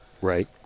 Right